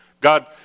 God